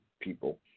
people